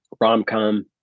rom-com